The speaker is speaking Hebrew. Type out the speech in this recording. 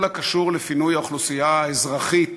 בכל הקשור לפינוי האוכלוסייה האזרחית